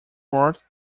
part